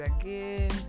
again